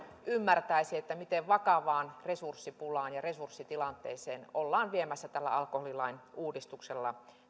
ymmärtäisi miten vakavaan resurssipulaan ja resurssitilanteeseen suomen sisäinen turvallisuus ollaan viemässä tällä alkoholilain uudistuksella